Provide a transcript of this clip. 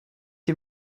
sie